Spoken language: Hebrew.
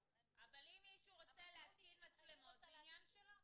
אבל אם מישהו רוצה להתקין מצלמות זה עניין שלו.